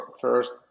First